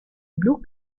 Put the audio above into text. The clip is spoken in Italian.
blu